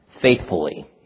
faithfully